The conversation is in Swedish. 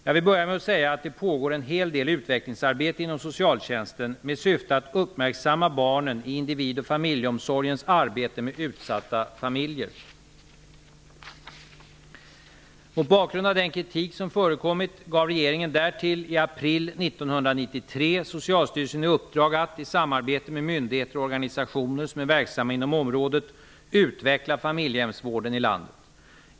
Jag vill börja med att säga att det pågår en hel del utvecklingsarbete inom socialtjänsten med syftet att uppmärksamma barnen i individ och familjeomsorgens arbete med utsatta familjer. Mot bakgrund av den kritik som förekommit gav regeringen därtill i april 1993 Socialstyrelsen i uppdrag att, i samarbete med myndigheter och organisationer som är verksamma inom området, utveckla familjehemsvården i landet.